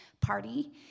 party